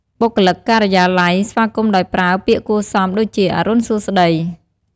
បុគ្គលិក ការិយាល័យ ស្វាគមន៍ដោយប្រើ ពាក្យគួរសមដូចជា “អរុណសួស្តី”។